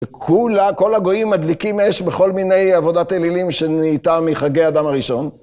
וכולה כל הגויים מדליקים אש בכל מיני עבודת אלילים שנהייתה מחגי אדם הראשון.